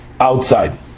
Outside